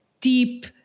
deep